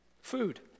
Food